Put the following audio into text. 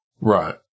right